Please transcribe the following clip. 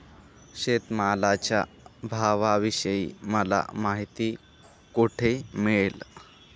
शेतमालाच्या भावाविषयी मला माहिती कोठे मिळेल?